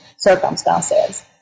circumstances